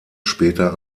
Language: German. später